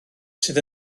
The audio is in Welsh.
sydd